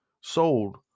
sold